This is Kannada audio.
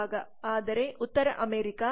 ಆದರೆ ಉತ್ತರ ಅಮೆರಿಕಾ 11